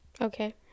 Okay